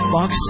Box